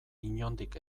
inondik